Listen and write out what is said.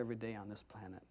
every day on this planet